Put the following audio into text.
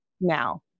now